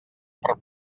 per